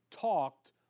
talked